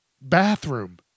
bathroom